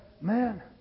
Man